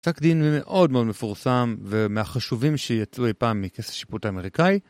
פסק דין מאוד מאוד מפורסם ומהחשובים שיצאו אי פעם מכס השיפוט האמריקאי